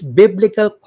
biblical